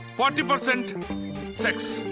forty percent sex.